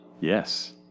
Yes